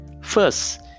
first